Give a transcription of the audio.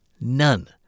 None